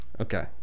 Okay